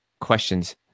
questions